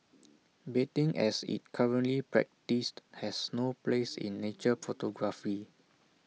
baiting as IT currently practised has no place in nature photography